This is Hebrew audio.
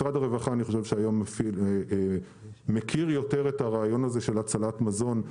משרד הרווחה היום מכיר יותר את הרעיון הזה של הצלת מזון.